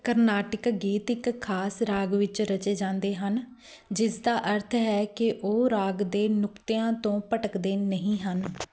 ਕਰਨਾਟਿਕ ਗੀਤ ਇੱਕ ਖ਼ਾਸ ਰਾਗ ਵਿੱਚ ਰਚੇ ਜਾਂਦੇ ਹਨ ਜਿਸਦਾ ਅਰਥ ਹੈ ਕਿ ਉਹ ਰਾਗ ਦੇ ਨੁਕਤਿਆਂ ਤੋਂ ਭਟਕਦੇ ਨਹੀਂ ਹਨ